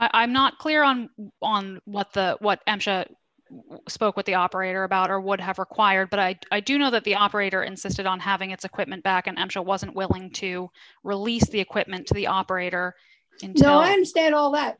here i'm not clear on on what the what spoke with the operator about or would have required but i do know that the operator insisted on having its equipment back and i'm sure wasn't willing to release the equipment to the operator in tow i understand all that